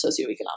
socioeconomic